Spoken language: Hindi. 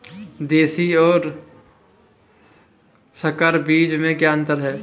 देशी और संकर बीज में क्या अंतर है?